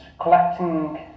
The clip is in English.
collecting